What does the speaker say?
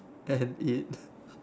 and eat